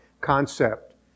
concept